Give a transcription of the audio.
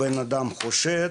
בן אדם חושד